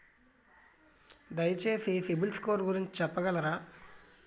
దయచేసి సిబిల్ స్కోర్ గురించి చెప్పగలరా?